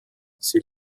sie